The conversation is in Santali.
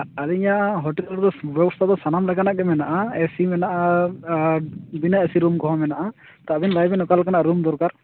ᱟᱹᱞᱤᱧᱟᱜ ᱦᱳᱴᱮᱞ ᱨᱮᱫᱚ ᱵᱮᱵᱚᱥᱛᱷᱟ ᱫᱚ ᱥᱟᱱᱟᱢ ᱞᱮᱠᱟᱱᱟᱜ ᱜᱮ ᱢᱮᱱᱟᱜᱼᱟ ᱮᱹᱥᱤ ᱢᱮᱱᱟᱜᱼᱟ ᱵᱤᱱᱟᱹ ᱮᱹᱥᱤ ᱨᱩᱢ ᱠᱚᱦᱚᱸ ᱢᱮᱱᱟᱜᱼᱟ ᱛᱚ ᱟᱹᱵᱤᱱ ᱞᱟᱹᱭ ᱵᱮᱱ ᱚᱠᱟ ᱞᱮᱠᱟᱱᱟᱜ ᱨᱩᱢ ᱫᱚᱨᱠᱟᱨ